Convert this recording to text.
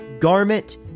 garment